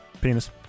Penis